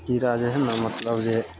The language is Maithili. कीड़ाजे हइ ने मतलब जे